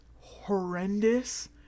horrendous